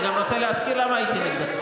אינו נוכח ישראל אייכלר,